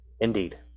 Indeed